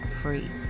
free